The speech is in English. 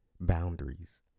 boundaries